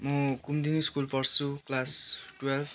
म कुमुदिनी स्कुल पढ्छु class twelve